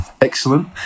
excellent